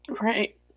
Right